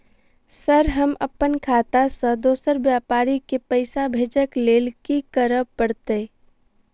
Sir हम अप्पन खाता सऽ दोसर व्यापारी केँ पैसा भेजक लेल की करऽ पड़तै?